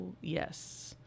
Yes